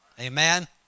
amen